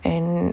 and